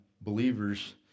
believers